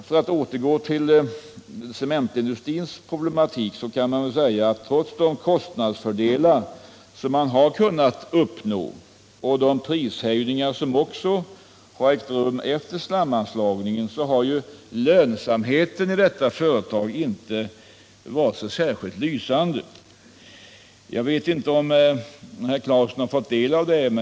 För att återgå till cementindustrins problematik kan man väl säga att trots de kostnadsfördelar som kunnat uppnås och trots de prishöjningar som också har ägt rum efter sammanslagningen har lönsamheten i företaget inte varit särskilt lysande.